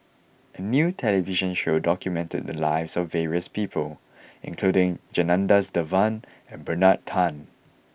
a new television show documented the lives of various people including Janadas Devan and Bernard Tan